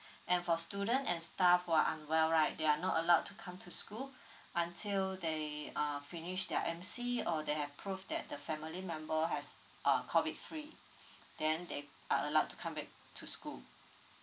and for student and staff who are unwell right they are not allowed to come to school until they uh finish their M_C or they have proof that the family member has uh COVID free then they are allowed to come back to school